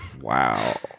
Wow